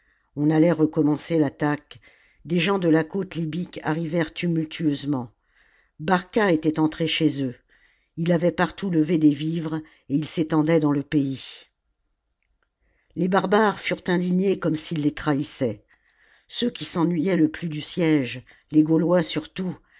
on allait recommencer l'attaque des gens de la côte libjque arrivèrent tumultueusement barca était entré chez eux ii avait partout levé des vivres et il s'étendait dans le pays les barbares furent indignés comme s'il les trahissait ceux qui s'ennuyaient le plus du siège les gaulois surtout